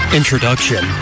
introduction